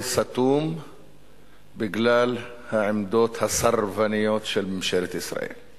סתום בגלל העמדות הסרבניות של ממשלת ישראל.